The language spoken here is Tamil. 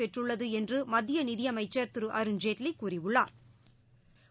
பெற்றுள்ளது என்று மத்திய நிதியமைச்சா் திரு அருண்ஜேட்லி கூறியுள்ளாா்